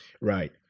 Right